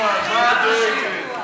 שירת נשים.